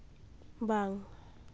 ᱵᱟᱝ